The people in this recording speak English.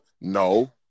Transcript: No